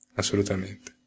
assolutamente